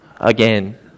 again